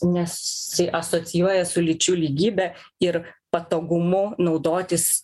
nesiasocijuoja su lyčių lygybe ir patogumu naudotis